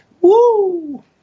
Woo